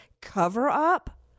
cover-up